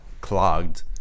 clogged